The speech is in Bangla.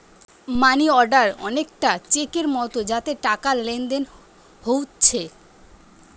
মানি অর্ডার অনেকটা চেকের মতো যাতে টাকার লেনদেন হোচ্ছে